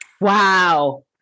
Wow